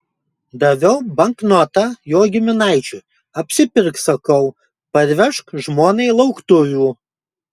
daviau banknotą jo giminaičiui apsipirk sakau parvežk žmonai lauktuvių